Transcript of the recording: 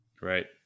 right